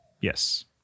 yes